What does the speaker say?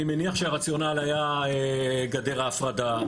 אני מניח שהרציונל היה גדר ההפרדה,